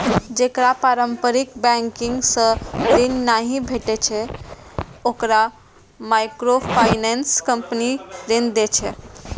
जेकरा पारंपरिक बैंकिंग सं ऋण नहि भेटै छै, ओकरा माइक्रोफाइनेंस कंपनी ऋण दै छै